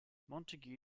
montagu